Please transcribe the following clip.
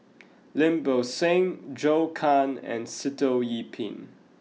Lim Bo Seng Zhou Can and Sitoh Yih Pin